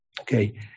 okay